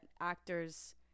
actors